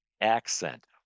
accent